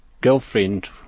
Girlfriend